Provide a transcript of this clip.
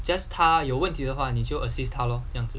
just 他有问题的话你就 assist 他 lor 这样子